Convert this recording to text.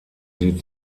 sie